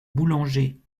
boulanger